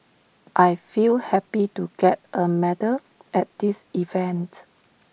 I feel happy to get A medal at this event